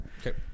Okay